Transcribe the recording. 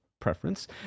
preference